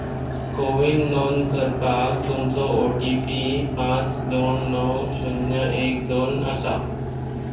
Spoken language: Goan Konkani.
कोविन नोंद करपाक तुमचो ओ टी पी पाच दोन णव शुन्य एक दोन आसा